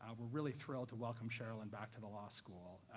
ah we're really thrilled to welcome sherrilyn back to the law school.